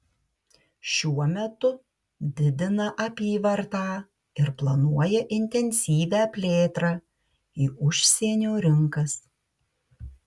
šiuo metu didina apyvartą ir planuoja intensyvią plėtrą į užsienio rinkas